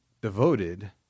devoted